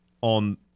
on